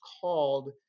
called